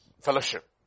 Fellowship